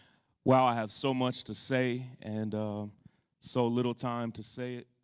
wow, i have so much to say and so little time to say it.